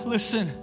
Listen